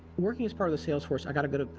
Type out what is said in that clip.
working as part of the sales force, i got a bit of,